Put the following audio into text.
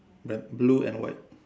red blue and white